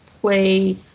play